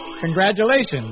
Congratulations